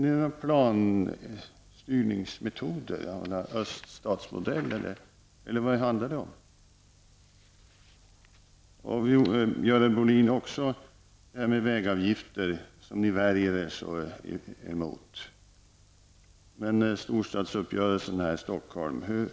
Skall det ske med några styrningsmetoder av typen öststatsmodell, eller vad handlar det om? Görel Bohlin och moderaterna värjer sig mot vägavgifter. Men hur blir det då med storstadsuppgörelsen här i Stockholm?